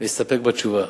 להסתפק בתשובה.